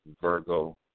Virgo